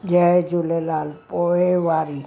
जय झूलेलाल पोइवारी